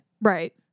Right